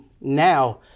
now